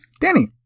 Danny